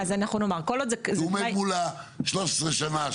האם מישהו עומד מול 13 השנים,